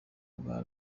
bwa